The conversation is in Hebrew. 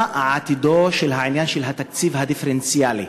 מה עתידו של עניין התקציב הדיפרנציאלי?